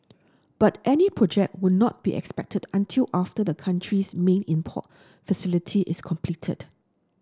but any project would not be expected until after the country's main import facility is completed